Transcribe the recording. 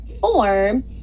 form